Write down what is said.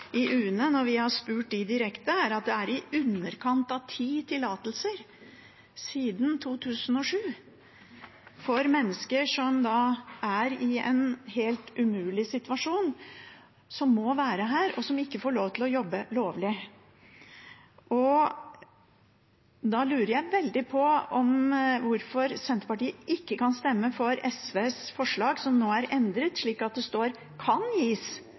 fra UNE når vi har spurt dem direkte – i underkant av ti tillatelser siden 2007, for mennesker som er i en helt umulig situasjon, som må være her, og som ikke får lov til å jobbe lovlig. Da lurer jeg veldig på hvorfor Senterpartiet ikke kan stemme for SVs forslag, som nå er endret, slik at det står at de kan gis